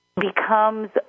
becomes